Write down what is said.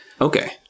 Okay